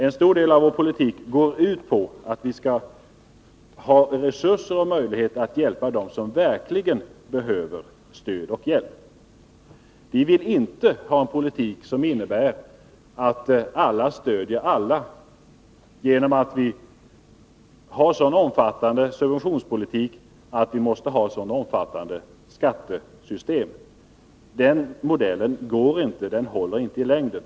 En stor del av vår politik går ut på att vi skall ha resurser och möjligheter att hjälpa dem som verkligen behöver stöd och hjälp. Vi vill inte ha en politik som innebär att alla stöder alla genom att vi har en så omfattande subventionspolitik att vi måste ha ett så omfattande skattesystem. Den modellen går inte — den håller inte i längden.